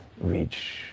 reach